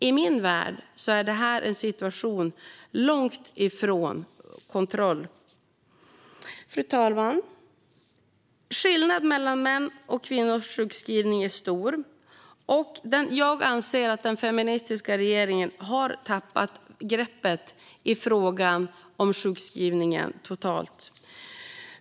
I min värld är detta en situation som är långt ifrån under kontroll. Fru talman! Skillnaden mellan mäns och kvinnors sjukskrivning är stor. Jag anser att den feministiska regeringen totalt har tappat greppet om frågan om sjukskrivningen.